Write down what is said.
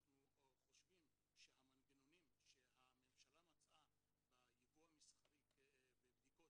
אנחנו חושבים שהמנגנונים שהממשלה מצאה ביבוא המסחרי בבדיקות